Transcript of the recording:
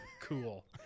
Cool